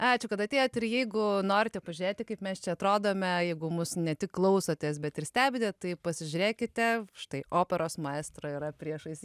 ačiū kad atėjot ir jeigu norite pažiūrėti kaip mes čia atrodome jeigu mus ne tik klausotės bet ir stebite tai pasižiūrėkite štai operos maestro yra priešais